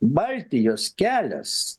baltijos kelias